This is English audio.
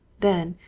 then,